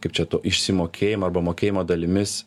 kaip čia to išsimokėjimo arba mokėjimo dalimis